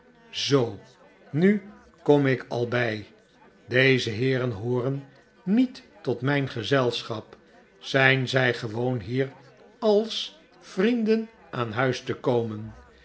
zoo nu kom ik al bij deze heeren hooren niet tot mijn gezelschap zijn zij gewoon hier als vrienden aan huis te komen